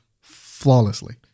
flawlessly